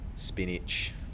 spinach